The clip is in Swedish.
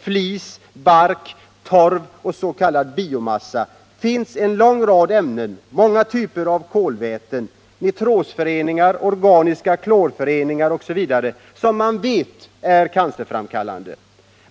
flis, bark, torv och s.k. biomassa, finns en lång rad ämnen, många typer av kolväten, nitrosföreningar, organiska klorföreningar osv. — som man vet är cancerframkallande.